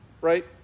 right